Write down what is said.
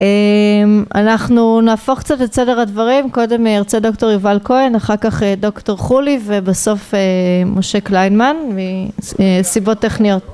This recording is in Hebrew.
אנחנו נהפוך קצת את סדר הדברים קודם ירצה דוקטור יובל כהן אחר כך דוקטור חולי ובסוף משה קליינמן מסיבות טכניות